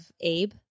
Abe